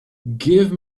give